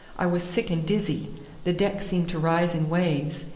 i was sick and dizzy the deck seemed to rise in waves,